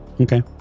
Okay